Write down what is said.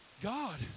God